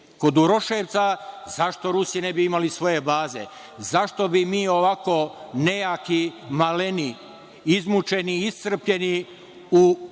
kod Uroševca, zašto Rusi ne bi imali svoje baze? Zašto bi mi ovako nejaki, maleni, izmučeni, iscrpljeni u ratovima,